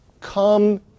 Come